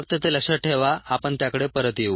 फक्त ते लक्षात ठेवा आपण त्याकडे परत येऊ